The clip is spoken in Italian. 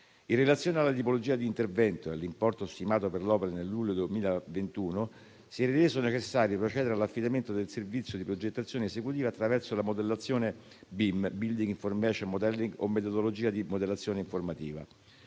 In relazione alla tipologia di intervento e all'importo stimato per l'opera, nel luglio 2021, si è reso necessario procedere all'affidamento del servizio di progettazione esecutiva attraverso la modellazione *building information modelling* (BIM) o metodologia di modellazione informativa.